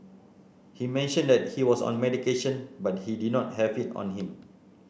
he mentioned that he was on medication but he did not have it on him